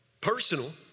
Personal